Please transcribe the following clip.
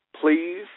please